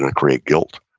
ah create guilt